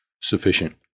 sufficient